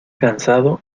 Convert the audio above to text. cansado